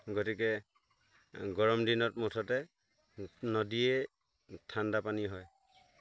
গতিকে গৰম দিনত মুঠতে নদীয়ে ঠাণ্ডা পানী হয়